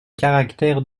caractère